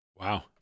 Wow